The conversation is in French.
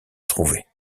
trouvées